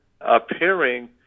appearing